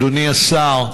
אדוני השר,